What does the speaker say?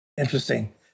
Interesting